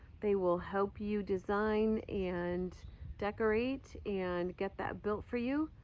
they will help you design and decorate and get that built for you.